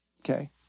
Okay